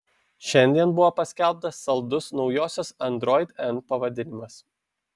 šiandien buvo paskelbtas saldus naujosios android n pavadinimas